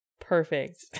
perfect